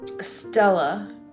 Stella